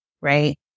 right